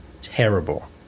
terrible